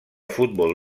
futbol